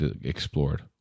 explored